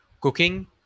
cooking